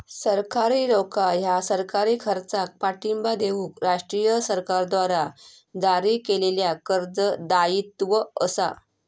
सरकारी रोखा ह्या सरकारी खर्चाक पाठिंबा देऊक राष्ट्रीय सरकारद्वारा जारी केलेल्या कर्ज दायित्व असा